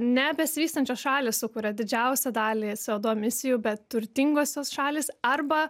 ne besivystančios šalys sukuria didžiausią dalį co du emisijų bet turtingosios šalys arba